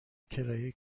کرایه